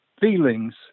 feelings